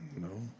No